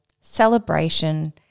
celebration